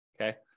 okay